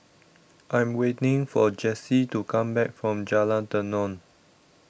I'm waiting for Jessi to come back from Jalan Tenon